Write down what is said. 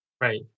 Right